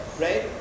right